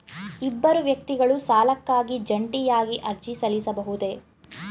ಇಬ್ಬರು ವ್ಯಕ್ತಿಗಳು ಸಾಲಕ್ಕಾಗಿ ಜಂಟಿಯಾಗಿ ಅರ್ಜಿ ಸಲ್ಲಿಸಬಹುದೇ?